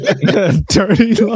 Dirty